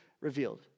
revealed